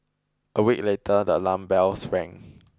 a week later the alarm bells rang